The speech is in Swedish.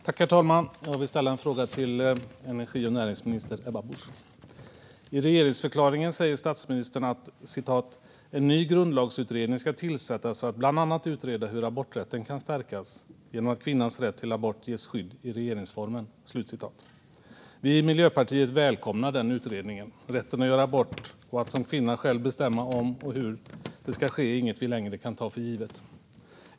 Herr talman! Jag vill ställa en fråga till energi och näringsminister Ebba Busch. I regeringsförklaringen säger statsministern: "En ny grundlagsutredning ska tillsättas för att bland annat utreda hur aborträtten kan stärkas, genom att kvinnans rätt till abort ges skydd i regeringsformen." Vi i Miljöpartiet välkomnar denna utredning. Rätten att göra abort och att som kvinna själv bestämma om och hur det ska ske är inget som vi längre kan ta för givet.